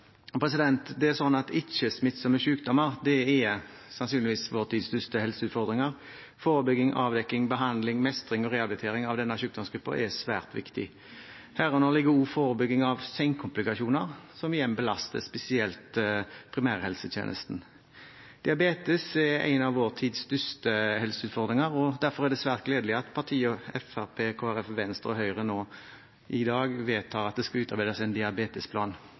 er sannsynligvis vår tids største helseutfordring. Forebygging, avdekking, behandling, mestring og rehabilitering av denne sykdomsgruppen er svært viktig. Herunder ligger også forebygging av senkomplikasjoner, som igjen belaster spesielt primærhelsetjenesten. Diabetes er en av vår tids største helseutfordringer, og derfor er det svært gledelig at partiene Fremskrittspartiet, Kristelig Folkeparti, Venstre og Høyre nå i dag vedtar at det skal utarbeides en diabetesplan.